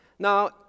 Now